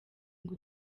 ngo